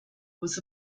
was